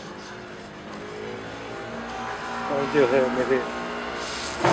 हं और जो है मेरे